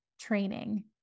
training